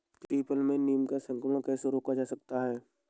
People में नीम का संकरण कैसे रोका जा सकता है?